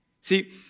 See